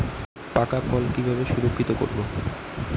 পাকা ফসল কিভাবে সংরক্ষিত করব?